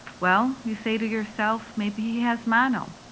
well, you say to yourself, maybe he has mono.